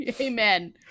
Amen